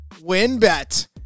WinBet